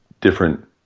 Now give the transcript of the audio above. different